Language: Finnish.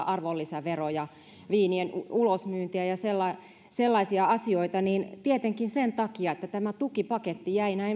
arvonlisäveroja viinien ulosmyyntiä ja sellaisia asioita niin tietenkin sen takia kun tämä tukipaketti